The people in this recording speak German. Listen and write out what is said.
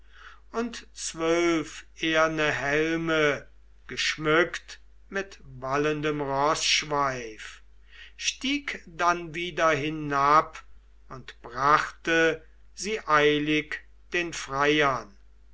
und zwölf eherne helme geschmückt mit wallendem roßschweif stieg dann wieder hinab und brachte sie eilig den freiern